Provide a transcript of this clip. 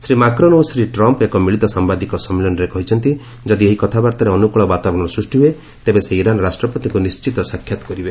Shri Macron ଓ Shri Trump ଏକ ମିଳିତ ସାମ୍ଭାଦିକ ସମ୍ମିଳନୀରେ କହିଛନ୍ତି ଯଦି ଏହି କଥାବାର୍ତ୍ତାରେ ଅନୁକୂଳ ବାତାବରଣ ସୃଷ୍ଟି ହୁଏ ତେବେ ସେ ଇରାନ୍ ରାଷ୍ଟ୍ରପତିଙ୍କୁ ନିଶ୍ଚିତ ସାକ୍ଷାତ କରିବେ